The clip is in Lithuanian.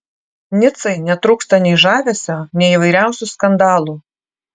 nicai netrūksta nei žavesio nei įvairiausių skandalų